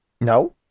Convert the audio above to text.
No